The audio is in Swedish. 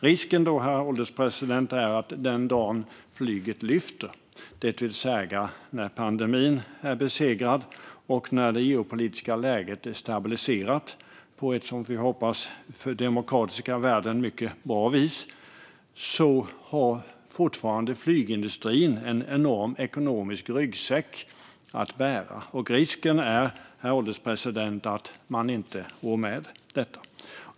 Risken, herr ålderspresident, är att den dag flyget lyfter, det vill säga när pandemin är besegrad och det geopolitiska läget är stabiliserat på ett - som vi får hoppas - för demokratiska värden mycket bra vis, har flygindustrin fortfarande en enorm ekonomisk ryggsäck att bära. Risken är, herr ålderspresident, att man inte rår med detta.